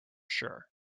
sure